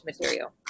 material